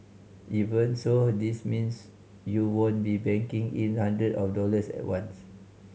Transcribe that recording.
even so this means you won't be banking in hundred of dollars at once